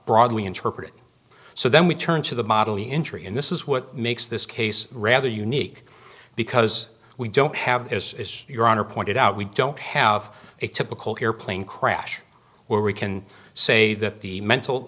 broadly interpreted so then we turn to the model the entry in this is what makes this case rather unique because we don't have as your honor pointed out we don't have a typical airplane crash where we can say that the mental